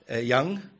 young